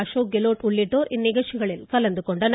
அசோக் கெலோட் உள்ளிட்டோர் இந்நிகழ்ச்சியில் கலந்து கொண்டனர்